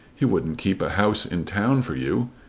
he wouldn't keep a house in town for you.